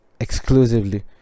exclusively